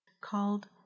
called